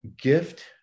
gift